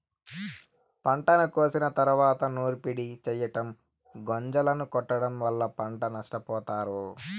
పంటను కోసిన తరువాత నూర్పిడి చెయ్యటం, గొంజలను కొట్టడం వల్ల పంట నష్టపోతారు